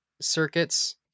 circuits